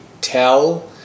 tell